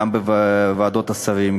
גם בוועדות השרים,